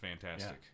fantastic